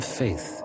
faith